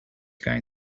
going